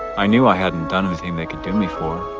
i knew i hadn't done anything they could do me for.